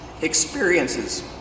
experiences